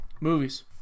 Movies